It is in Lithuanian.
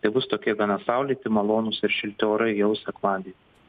tai bus tokie gana saulėti malonūs ir šilti orai jau sekmadienį